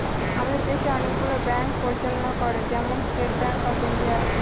আমাদের দেশে অনেকগুলো ব্যাঙ্ক পরিচালনা করে, যেমন স্টেট ব্যাঙ্ক অফ ইন্ডিয়া